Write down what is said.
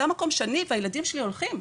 זה המקום שאני והילדים שלי הולכים.